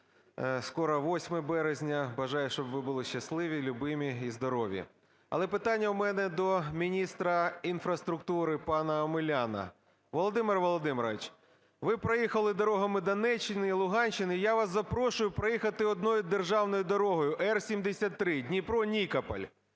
скоро 8 березня, бажаю, щоб ви були щасливі, любимі і здорові! Але питання в мене до міністра інфраструктури пана Омеляна. Володимир Володимирович, ви проїхали дорогами Донеччини і Луганщини, я вас запрошую проїхати одною державною дорогою Р73 Дніпро - Нікополь,